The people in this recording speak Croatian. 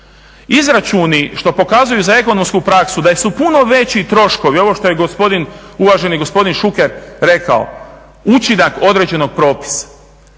Izračuni što pokazuju za ekonomsku praksu da su puno veći troškovi, ovo što je gospodin, uvaženi gospodin Šuker rekao, učinak određenog propisa.